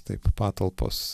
taip patalpos